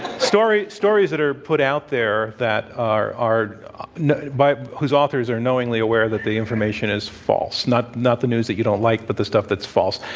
stories stories that are put out there that are are by whose authors are knowingly aware that the information is false, not not the news that you don't like, but the stuff that's false.